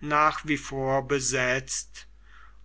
nach wie vor besetzt